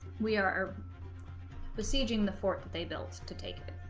we are besieging the fort that they built to take it